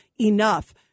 enough